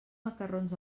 macarrons